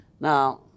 Now